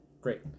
great